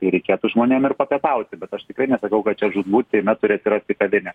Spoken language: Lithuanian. tai reikėtų žmonėm ir papietaut bet aš tikrai nesakau kad čia žūtbūt seime turi atsirasti kavinė